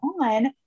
on